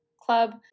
Club